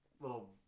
little